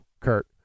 Kurt